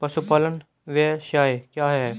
पशुपालन व्यवसाय क्या है?